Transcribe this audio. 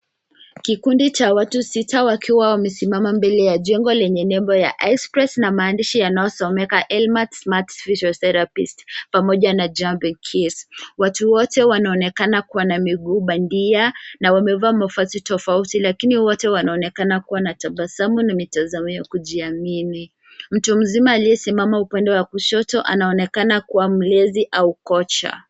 Kikundi cha watu sita wakiwa wamesimama mbele ya jengo lenye nembo ya express na maandishi yanayosomeka Lmart smart physiotherapist pamoja na jumpy keys . Watu wote wanaonekana kuwa na miguu bandia na wamevaa mavazi tofauti lakini wote wanaonekana kuwa na tabasamu na mitazamo ya kujiamini. Mtu mzima aliyesimama upande wa kushoto anaonekana kuwa mlezi au kocha.